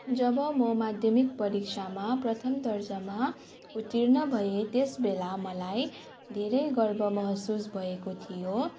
जब म माध्यमिक परीक्षामा प्रथम दर्जामा उतीर्ण भएँ त्यस बेला मलाई धेरै गर्व महसुस भएको थियो